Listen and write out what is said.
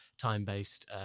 time-based